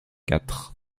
quatre